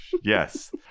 Yes